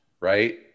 right